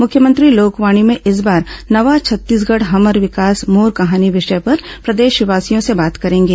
मुख्यमंत्री लोकवाणी में इस बार नवा छत्तीसगढ़ हमर विकास मोर कहानी विषय पर प्रदेशवासियों से बात करेंगे